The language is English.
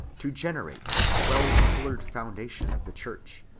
to generate the twelve-pillared foundation of the church.